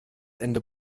ende